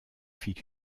fit